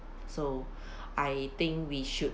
so I think we should